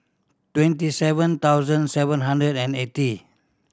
twenty seven thousand seven hundred and eighty